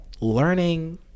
learning